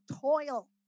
toil